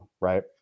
right